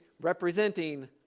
representing